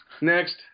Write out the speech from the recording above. Next